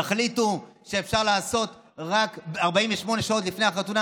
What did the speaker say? תחליטו שאפשר לעשות בדיקות רק 48 שעות לפני החתונה.